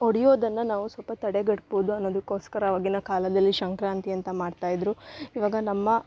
ಒಡಿಯೋದನ್ನು ನಾವು ಸ್ವಲ್ಪ ತಡೆಗಟ್ಬೋದು ಅನ್ನೊದಕೋಸ್ಕರ ಅವಾಗಿನ ಕಾಲದಲ್ಲಿ ಸಂಕ್ರಾಂತಿಯಂತ ಮಾಡ್ತಾಯಿದ್ರು ಇವಾಗ ನಮ್ಮ